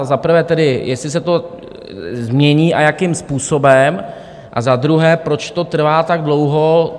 Za prvé tedy, jestli se to změní a jakým způsobem, za druhé, proč to trvá tak dlouho.